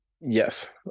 yes